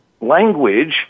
language